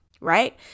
right